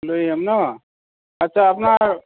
লৈ যাম ন' আচ্ছা আপোনাৰ